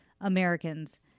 Americans